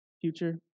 future